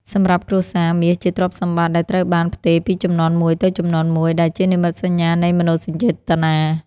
សម្រាប់គ្រួសារ មាសជាទ្រព្យសម្បត្តិដែលត្រូវបានផ្ទេរពីជំនាន់មួយទៅជំនាន់មួយ ដែលជានិមិត្តសញ្ញានៃមនោសញ្ចេតនា។